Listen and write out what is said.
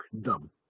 dumb